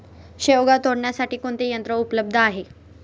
शेवगा तोडण्यासाठी कोणते यंत्र उपलब्ध आहे?